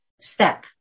step